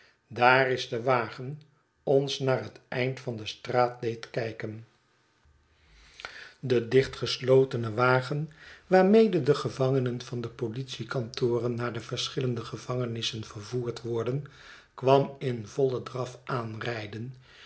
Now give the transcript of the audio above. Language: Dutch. daar is de wagen ons naar het eind van de straat deed kijken de dichtgeslotene wagen waarmede de gevangenen van de politiekantoren naar de verschillende gevangenissen vervoerd worden kwam in vollen draf aanrijden